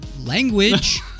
language